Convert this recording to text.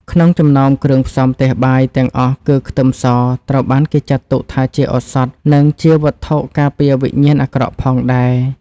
ក្នុងចំណោមគ្រឿងផ្សំផ្ទះបាយទាំងអស់គឺខ្ទឹមសត្រូវបានគេចាត់ទុកថាជាឱសថផងនិងជាវត្ថុការពារវិញ្ញាណអាក្រក់ផងដែរ។